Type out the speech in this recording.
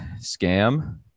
Scam